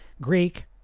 Greek